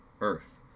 Earth